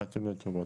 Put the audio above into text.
מחכים לתשובות.